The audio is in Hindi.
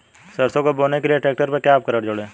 सरसों को बोने के लिये ट्रैक्टर पर क्या उपकरण जोड़ें?